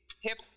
hip